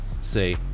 say